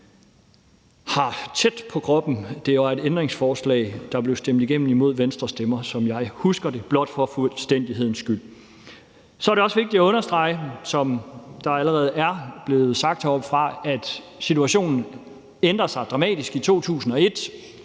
mig nær. Det var et ændringsforslag, der blev stemt igennem imod Venstres stemmer, som jeg husker det. Det er blot for fuldstændighedens skyld. Så er det også vigtigt at understrege, som det allerede er blevet sagt heroppefra, at situationen ændrer sig dramatisk i 2001,